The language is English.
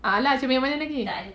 a'ah lah cermin mana lagi